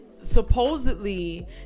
supposedly